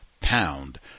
pound